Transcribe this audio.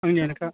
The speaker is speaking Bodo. आंनियानोखा